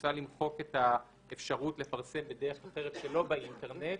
מוצע למחוק את האפשרות לפרסם בדרך אחרת שלא באינטרנט,